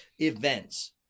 events